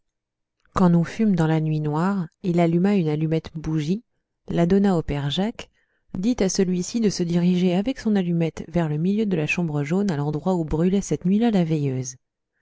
quand nous fûmes dans la nuit noire il alluma une allumettebougie la donna au père jacques dit à celui-ci de se diriger avec son allumette vers le milieu de la chambre jaune à l'endroit où brûlait cette nuit-là la veilleuse